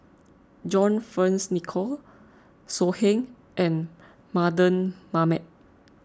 John Fearns Nicoll So Heng and Mardan Mamat